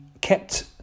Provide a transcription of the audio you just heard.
kept